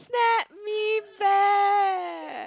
snap me back